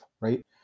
right